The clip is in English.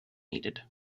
needed